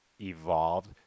evolved